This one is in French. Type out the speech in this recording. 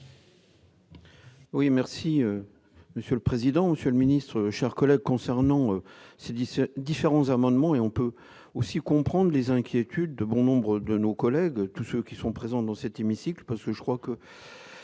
Oui merci monsieur le président, Monsieur le ministre, chers collègues, concernant ces 17 différents amendements et on peut aussi comprendre les inquiétudes de bon nombre de nos collègues, tous ceux qui sont présents dans cette hémicycle parce que je crois que